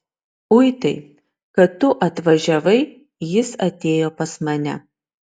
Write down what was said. uitai kad tu atvažiavai jis atėjo pas mane